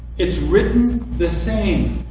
it's written the same.